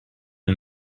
and